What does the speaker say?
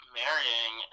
marrying